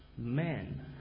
Men